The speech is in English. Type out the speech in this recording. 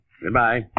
Goodbye